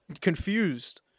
confused